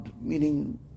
meaning